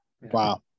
wow